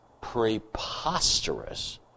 preposterous